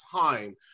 time